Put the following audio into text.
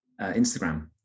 Instagram